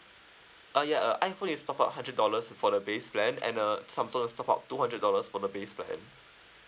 uh yeah uh iphone is top up hundred dollars for the base plan and uh samsung is top up two hundred dollars for the base plan